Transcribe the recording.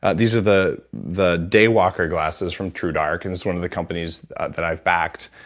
ah these are the the day walker glasses from truedark. and it's one of the companies that i've backed.